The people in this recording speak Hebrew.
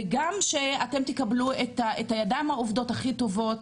וגם שאתם תקבלו את הידיים העובדות הכי טובות,